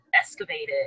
excavated